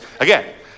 again